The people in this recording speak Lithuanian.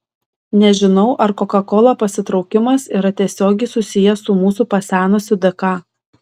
nežinau ar koka kola pasitraukimas yra tiesiogiai susijęs su mūsų pasenusiu dk